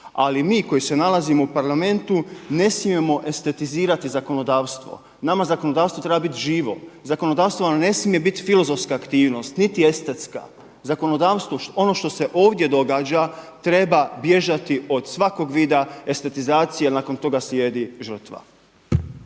Ali mi koji se nalazimo u parlamentu ne smijemo estetizirati zakonodavstvo. Nama zakonodavstvo treba biti živo. Zakonodavstvo nam ne smije biti filozofska aktivnost, niti estetska. Zakonodavstvo, ono što se ovdje događa treba bježati od svakog vida estetizacije a nakon toga slijedi žrtva.